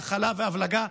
"הכלה" ו"הבלגה",